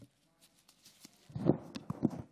גברתי